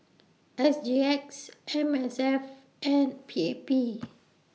S G X M S F and P A P